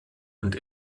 und